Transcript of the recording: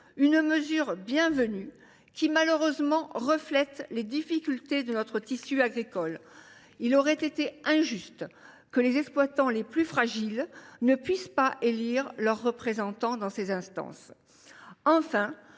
Cette mesure bienvenue témoigne malheureusement des difficultés de notre tissu agricole. Il aurait été injuste que les exploitants les plus fragiles ne puissent élire leurs représentants dans ces instances. Enfin,